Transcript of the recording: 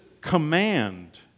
command